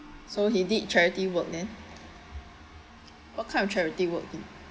so he did charity work then what kind of charity work